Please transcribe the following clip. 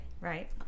right